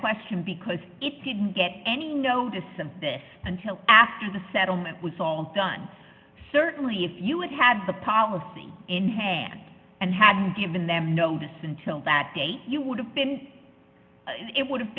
question because it didn't get any notice and until after the settlement was all done certainly if you had had the policy in hand and hadn't given them notice until that day you would have been it would